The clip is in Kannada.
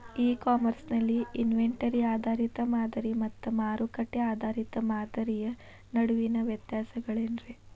ಇ ಕಾಮರ್ಸ್ ನಲ್ಲಿ ಇನ್ವೆಂಟರಿ ಆಧಾರಿತ ಮಾದರಿ ಮತ್ತ ಮಾರುಕಟ್ಟೆ ಆಧಾರಿತ ಮಾದರಿಯ ನಡುವಿನ ವ್ಯತ್ಯಾಸಗಳೇನ ರೇ?